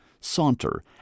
saunter